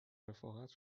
رفاقت